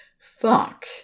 Fuck